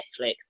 netflix